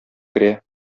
керә